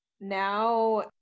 now